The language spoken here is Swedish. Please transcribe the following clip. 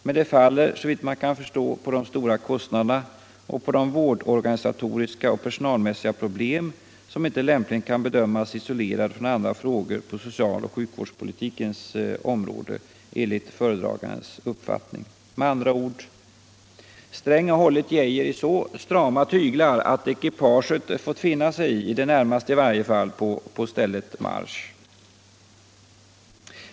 Men det faller, såvitt man kan förstå, på de stora kostnaderna och på de ”vårdorganisatoriska och personalmässiga problem, som inte lämpligen kan bedömas isolerade från andra frågor på social och sjukvårdspolitikens område” — enligt föredragandens uppfattning. Med andra ord — herr Sträng har hållit herr Geijer i så strama tyglar att ekipaget fått finna sig i, i det närmaste i varje fall, på stället marsch!